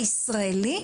הישראלי?